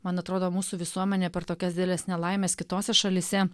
man atrodo mūsų visuomenė per tokias dideles nelaimes kitose šalyse